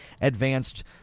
Advanced